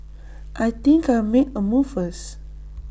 I think I'll make A move first